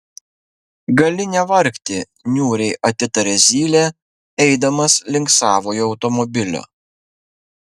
gali nevargti niūriai atitarė zylė eidamas link savojo automobilio